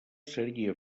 seria